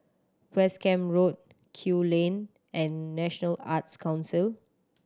West Camp Road Kew Lane and National Arts Council